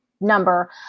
number